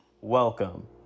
Welcome